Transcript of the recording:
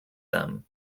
them